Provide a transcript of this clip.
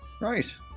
Right